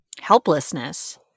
Helplessness